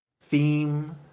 theme